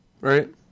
Right